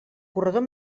corredor